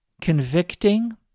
convicting